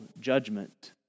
judgment